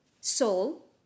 soul